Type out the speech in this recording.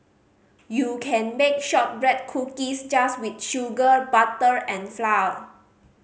you can bake shortbread cookies just with sugar butter and flour